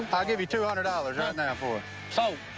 i'll give you two hundred dollars right now for so